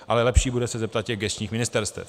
Ale lepší bude se zeptat těch gesčních ministerstev.